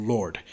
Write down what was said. Lord